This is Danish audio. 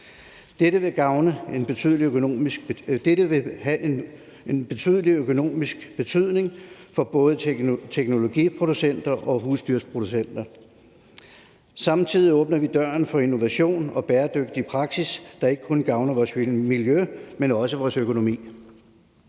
Dette vil have en betydelig økonomisk betydning for både teknologiproducenter og husdyrproducenter. Samtidig åbner vi døren for innovation og bæredygtig praksis, der ikke kun gavner vores miljø, men også vores økonomi.